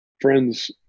friends